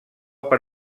per